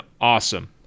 awesome